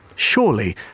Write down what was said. surely